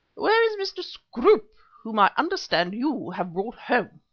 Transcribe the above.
where is mr. scroope whom i understand you have brought home?